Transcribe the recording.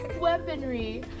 weaponry